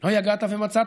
לא יגעת ומצאת,